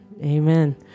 Amen